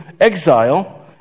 exile